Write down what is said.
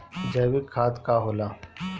जैवीक खाद का होला?